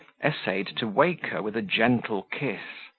essayed to wake her with a gentle kiss